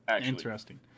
Interesting